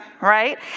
right